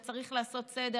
וצריך לעשות סדר,